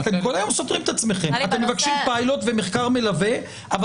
אתם כל היום סותרים את עצמכם מבקשים פילוט ומחקר מלווה אבל